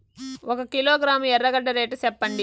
ఒక కిలోగ్రాము ఎర్రగడ్డ రేటు సెప్పండి?